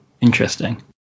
interesting